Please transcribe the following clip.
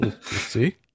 See